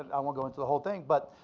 i won't go into the whole thing, but